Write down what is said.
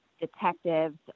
detectives